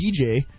DJ